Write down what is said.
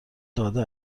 داده